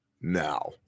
now